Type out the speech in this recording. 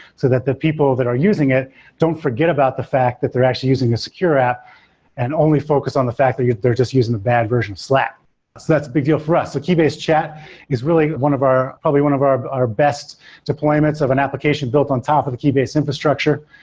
so that the people that are using it don't forget about the fact that they're actually using a secure app and only focus on the fact that they're just using the bad version slack that's a big deal for us. keybase chat is really one of our probably one of our our best deployments of an application built on top of the keybase infrastructure,